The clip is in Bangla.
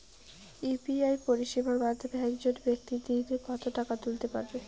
ইউ.পি.আই পরিষেবার মাধ্যমে একজন ব্যাক্তি দিনে কত টাকা তুলতে পারবে?